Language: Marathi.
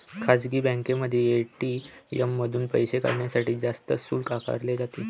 खासगी बँकांमध्ये ए.टी.एम मधून पैसे काढण्यासाठी जास्त शुल्क आकारले जाते